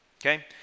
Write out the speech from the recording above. Okay